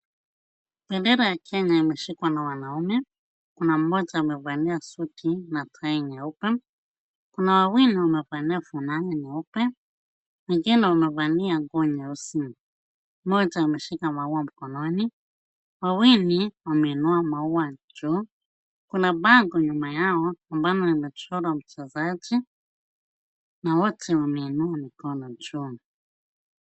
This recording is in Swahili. Bendera ya kenya imeshikwa na wanaume. Kuna mmoja amevalia suti na tai nyeupe. Kuna wawili wamevalia fulana nyeupe. Wengine wamevalia nguo nyeusi. Mmoja ameshika maua mkononi. Wawili wameinua maua juu. Kuna bango nyuma yao ambalo limechorwa mchezaji na wote wameinua mikono juu.